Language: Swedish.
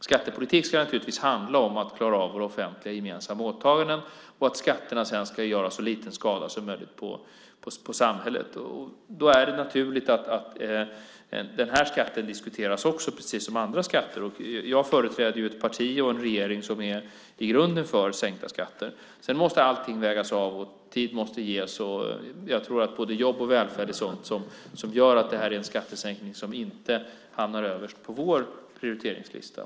Skattepolitik ska naturligtvis handla om att klara av våra offentliga gemensamma åtaganden. Skatterna ska sedan göra så lite skada som möjligt på samhället. Då är det naturligt att den här skatten diskuteras precis som andra skatter. Jag företräder ett parti och en regering som är för sänkta skatter i grunden. Sedan måste allting vägas av och tid måste ges. Jag tror att både jobb och välfärd är sådant som gör att det här är en skattesänkning som inte hamnar överst på vår prioriteringslista.